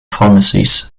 pharmacies